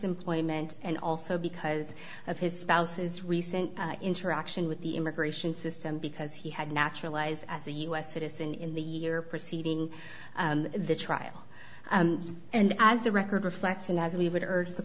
employment and also because of his spouse's recent interaction with the immigration system because he had naturalized as a u s citizen in the year proceeding the trial and as the record reflects and as we would urge t